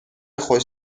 خوش